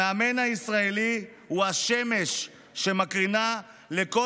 המאמן הישראלי הוא השמש שמקרינה על כל